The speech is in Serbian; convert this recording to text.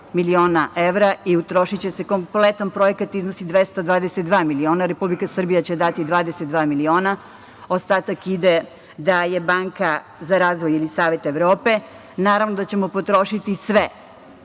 miliona evra i utrošiće se. Kompletan projekat iznosi 222 miliona, Republika Srbija će dati 22 miliona, ostatak ide da je Banka za razvoj Saveta Evrope. Naravno da ćemo potrošiti sve